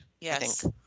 Yes